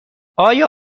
آیا